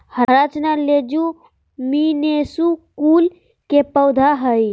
हरा चना लेज्युमिनेसी कुल के पौधा हई